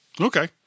Okay